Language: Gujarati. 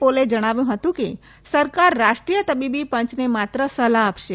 પોલે જણાવ્યું હતું કે સરકાર રાષ્ટ્રીય તબીબી પંચને માત્ર સલાહ આપશે